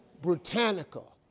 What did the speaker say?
britannica,